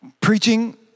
preaching